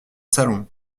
salon